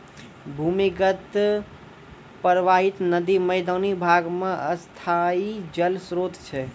भूमीगत परबाहित नदी मैदानी भाग म स्थाई जल स्रोत छै